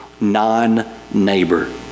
non-neighbor